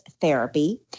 therapy